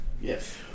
Yes